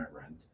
rent